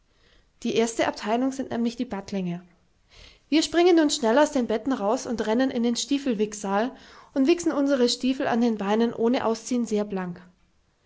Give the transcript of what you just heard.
die erste abteilung sind nämlich die battlinge wir springen nun schnell aus den betten raus und rennen in den stiefelwichssaal und wichsen unsre stiesel an den beinen ohne ausziehn sehr blank